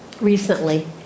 recently